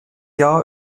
jahr